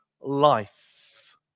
life